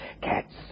cats